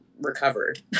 recovered